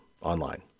online